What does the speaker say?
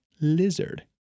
lizard